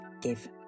give